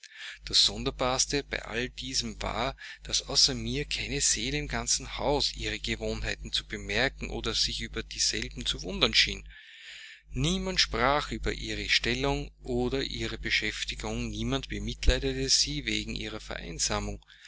das sonderbarste bei all diesem war daß außer mir keine seele im ganzen hause ihre gewohnheiten zu bemerken oder sich über dieselben zu wundern schien niemand sprach über ihre stellung oder ihre beschäftigung niemand bemitleidete sie wegen ihrer vereinsamung